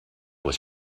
was